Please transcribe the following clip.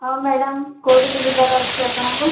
ହଁ ମ୍ୟାଡ଼ାମ୍ କୋଉଠିକି ଯିବାର ଅଛି ଆପଣଙ୍କୁ